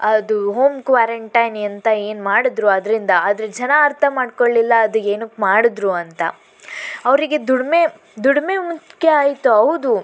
ಅದು home quarantine ಎಂತ ಏನು ಮಾಡಿದರು ಅದರಿಂದ ಆದರೆ ಜನ ಅರ್ಥ ಮಾಡ್ಕೊಳಿಲ್ಲ ಅದು ಏನಕ್ಕೆ ಮಾಡಿದರು ಅಂತ ಅವರಿಗೆ ದುಡಿಮೆ ದುಡಿಮೆ ಮುಖ್ಯ ಆಯಿತು ಹೌದು